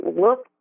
Look